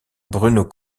bruno